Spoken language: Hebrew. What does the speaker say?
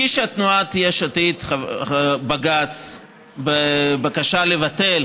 הגישה תנועת יש עתיד בג"ץ בבקשה לבטל